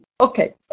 Okay